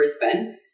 Brisbane